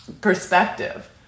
perspective